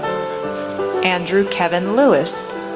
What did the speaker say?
andrew kevin lewis,